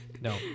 No